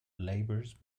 labours